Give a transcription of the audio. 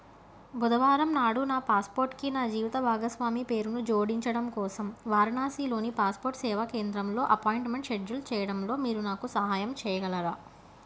బుధవారం నాడు నా పాస్పోర్ట్కి నా జీవిత భాగస్వామి పేరును జోడించడం కోసం వారణాసీలోని పాస్పోర్ట్ సేవా కేంద్రంలో అపాయింట్మెంట్ షెడ్యూల్ చేయడంలో మీరు నాకు సహాయం చేయగలరా